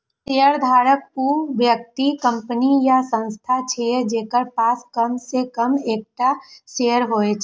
शेयरधारक ऊ व्यक्ति, कंपनी या संस्थान छियै, जेकरा पास कम सं कम एकटा शेयर होइ छै